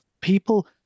people